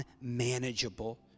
unmanageable